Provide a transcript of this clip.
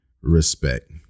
respect